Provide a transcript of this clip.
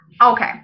Okay